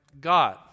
God